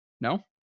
No